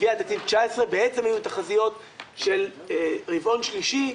בעצם תחזיות של רבעון שלישי,